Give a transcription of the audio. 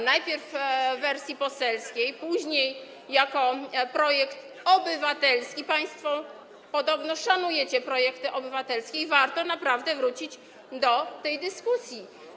Najpierw w wersji poselskiej, później jako projekt obywatelski - państwo podobno szanujecie projekty obywatelskie - i warto naprawdę wrócić do tej dyskusji.